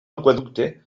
aqüeducte